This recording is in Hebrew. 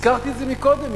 הזכרתי את זה מקודם,